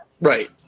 Right